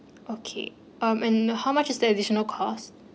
okay um and how much is the additional cost